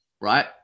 right